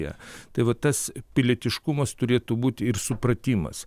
ją tai va tas pilietiškumas turėtų būt ir supratimas